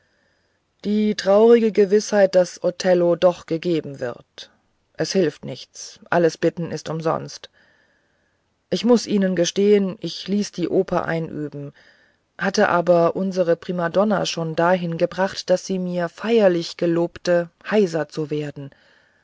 die traurige gewißheit daß othello doch gegeben wird es hilft nichts alles bitten ist umsonst ich will ihnen nur gestehen ich ließ die oper einüben hatte aber unsere primadonna schon dahin gebracht daß sie mir feierlich gelobte heiser zu werden